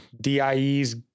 dies